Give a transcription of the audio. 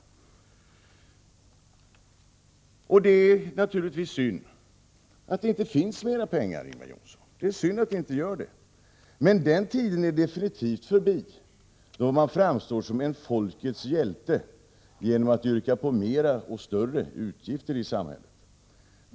Det är givetvis synd att det inte finns mera pengar, Ingvar Johnsson. Men den tid är definitivt förbi då man framstod såsom en folkets hjälte genom att yrka på flera och större utgifter i samhället.